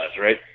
right